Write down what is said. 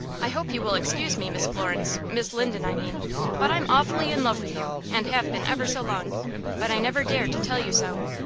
i hope you will excuse me, miss florence miss linden, i mean but i'm awfully in love with you, and have been ever so long but i never dared to tell you so.